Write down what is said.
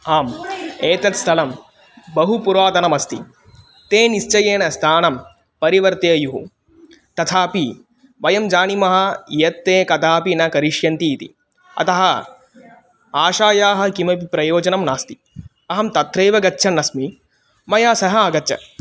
आम् एतत् स्थलं बहु पुरातनमस्ति ते निश्चयेन स्थानं परिवर्तयेयुः तथापि वयं जानीमः यत् ते कदापि न करिष्यन्ति इति अतः आशायाः किमपि प्रयोजनं नास्ति अहं तत्रैव गच्छन् अस्मि मया सह आगच्छ